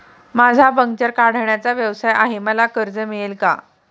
माझा पंक्चर काढण्याचा व्यवसाय आहे मला कर्ज मिळेल का?